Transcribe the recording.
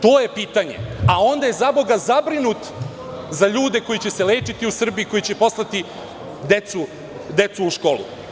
To je pitanje, a onda je zaboga zabrinut za ljude koji će se lečiti u Srbiji, koji će poslati decu u školu.